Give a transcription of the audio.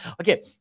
Okay